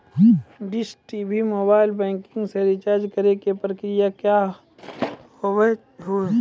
Dish TV mobile banking से recharge करे के प्रक्रिया का हाव हई?